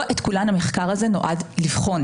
לא את כולן המחקר הזה נועד לבחון.